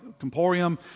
Comporium